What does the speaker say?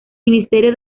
ministerio